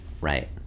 Right